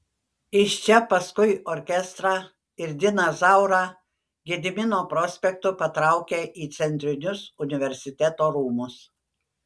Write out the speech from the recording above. iš čia paskui orkestrą ir diną zaurą gedimino prospektu patraukė į centrinius universiteto rūmus